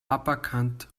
aberkannt